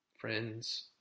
Friends